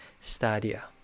stadia